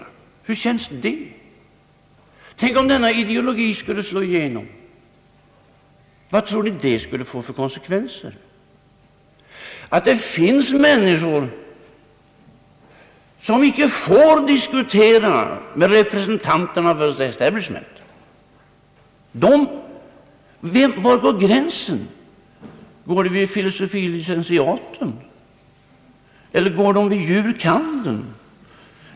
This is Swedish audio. Hur skulle det kännas? Tänk om denna ideologi skulle slå igenom! Vad tror ni det skulle få för konsekvenser att det finns människor, som inte får diskutera med representanter för The Establishment? Och var går gränsen? Går den vid filosofie licentiatexamen? Eller går den vid juris kandidatexamen?